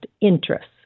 interests